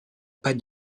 pas